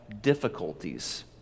difficulties